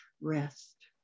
Rest